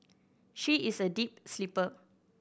she is a deep sleeper